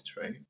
right